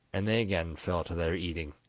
and they again fell to their eating.